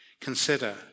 Consider